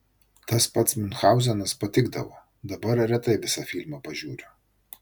tas pats miunchauzenas patikdavo dabar retai visą filmą pažiūriu